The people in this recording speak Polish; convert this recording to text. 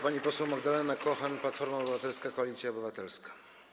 Pani poseł Magdalena Kochan, Platforma Obywatelska - Koalicja Obywatelska.